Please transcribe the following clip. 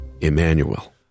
Emmanuel